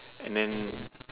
and then